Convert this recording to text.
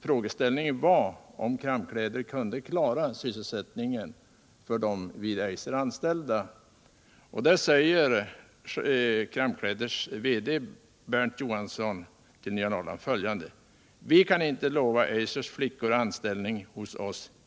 Frågeställningen var om Kramm-Kläder kunde klara sysselsättningen för de vid Eiser anställda, och där säger Kramm-Kläders vd Bernt Johansson följande: "Vi kan inte lova Eisers flickor anställning hos oss.